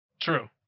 true